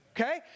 Okay